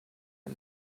ein